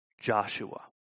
Joshua